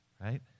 right